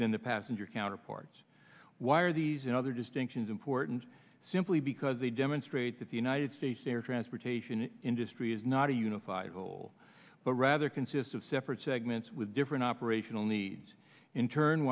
than the passenger counterparts why are these and other distinctions important simply because they demonstrate that the united states air transportation industry is not a unified whole but rather consists of separate ignorants with different operational needs in turn